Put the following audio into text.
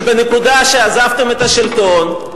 שבנקודה שעזבתם את השלטון,